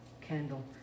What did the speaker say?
candle